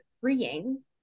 freeing